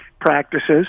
practices